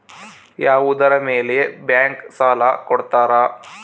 ಯಾವುದರ ಮೇಲೆ ಬ್ಯಾಂಕ್ ಸಾಲ ಕೊಡ್ತಾರ?